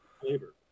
flavor